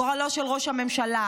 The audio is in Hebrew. גורלו של ראש הממשלה.